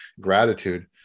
gratitude